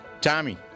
Tommy